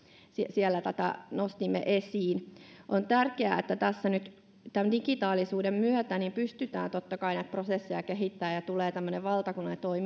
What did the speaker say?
siellä tätä nostimme esiin on tärkeää että tässä nyt digitaalisuuden myötä pystytään totta kai näitä prosesseja kehittämään ja tulee tämmöinen valtakunnallinen